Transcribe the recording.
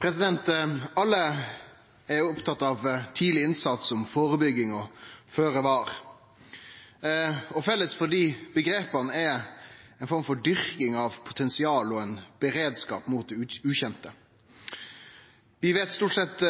gi. Alle er opptatt av tidleg innsats, av førebygging, av å vere føre var, og felles for desse omgrepa er ei form for dyrking av potensial og beredskap mot det ukjente. Vi veit stort sett